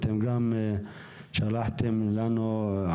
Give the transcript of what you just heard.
מרכז המידע והמחקר,